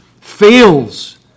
fails